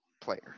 player